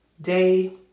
day